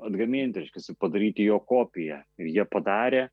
atgaminti reiškiasi padaryti jo kopiją ir jie padarė